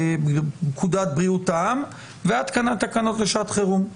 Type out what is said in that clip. בפקודת בריאות העם והתקנת תקנות לשעת חירום?